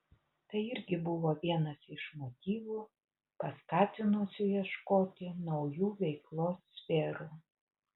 tai irgi buvo vienas iš motyvų paskatinusių ieškoti naujų veiklos sferų